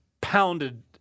pounded